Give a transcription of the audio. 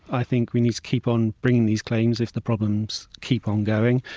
i think we need to keep on bringing these claims if the problems keep on going.